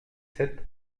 sept